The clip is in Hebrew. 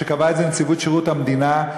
שקבעה את זה נציבות שירות המדינה,